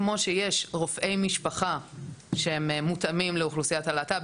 כמו שיש רופאי משפחה שהם מותאמים לאוכלוסיית הלהט״ב,